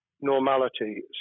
normality